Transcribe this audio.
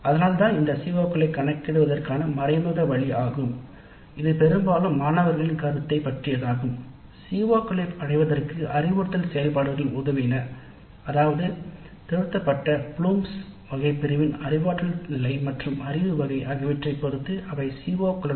அதனால்தான் இது திறன்களைக் கணக்கிடுவதற்கான மறைமுக வழி ஆகும்